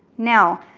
now,